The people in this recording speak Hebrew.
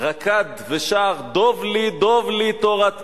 רקד ושר: 'דב לי דב לי תורת פיך'